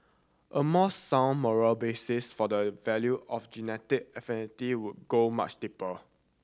a more sound moral basis for the value of genetic affinity would go much deeper